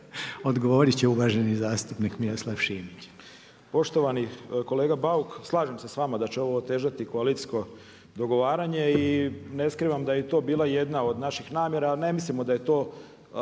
Odgovorit će uvaženi zastupnik Miroslav Šimić.